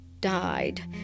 died